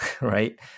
Right